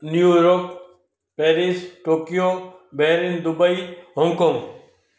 New York Paris Tokyo Bahrain Dubai Hong Kong